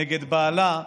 נגד בעלה,